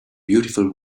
beautiful